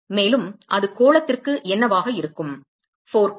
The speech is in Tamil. மேலும் அது கோளத்திற்கு என்னவாக இருக்கும் 4 பை